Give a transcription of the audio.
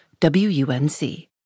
WUNC